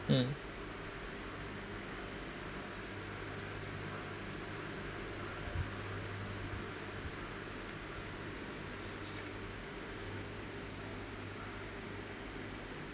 mm